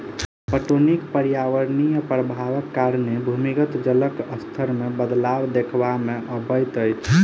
पटौनीक पर्यावरणीय प्रभावक कारणें भूमिगत जलक स्तर मे बदलाव देखबा मे अबैत अछि